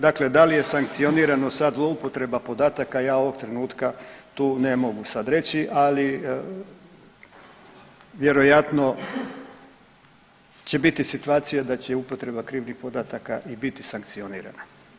Dakle, da li je sankcionirano sad zloupotreba podataka ja ovog trenutka tu ne mogu sad reći, ali vjerojatno će biti situacija da će upotreba krivih podataka i biti sankcionirana.